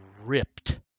ripped